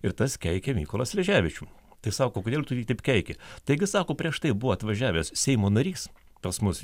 ir tas keikė mykolą sleževičių tai sako kodėl tu jį taip keiki taigi sako prieš tai buvo atvažiavęs seimo narys pas mus